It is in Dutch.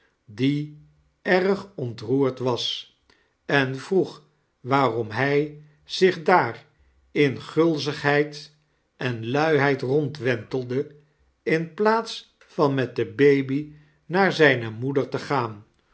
die erg ontroerd was en vroeg waarom hij zich daar in gukigheid en luiheid rondwentelde in plaats van met de baby naar zijne moeder te gaan